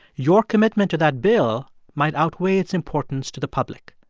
your commitment to that bill might outweigh its importance to the public.